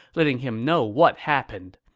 letting him know what happened.